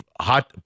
hot